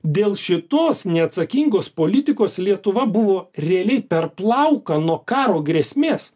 dėl šitos neatsakingos politikos lietuva buvo realiai per plauką nuo karo grėsmės